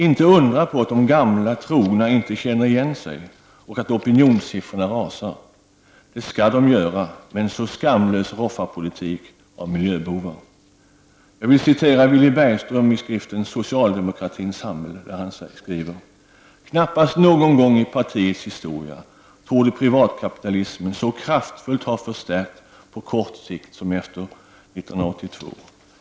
Inte undra på att de gamla trogna inte känner igen sig och att opinionssiffrorna rasar! Det skall de göra med en så skamlös roffarpolitik förd av miljöbovar. Jag vill citera Willy Bergström i skriften Socialdemokratins samhälle, där han skriver: Knappast någon gång i partiets historia torde privatkapitalismen så kraftfullt ha förstärkts på kort sikt som efter 1982.